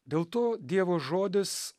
dėl to dievo žodis